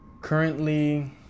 currently